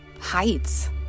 heights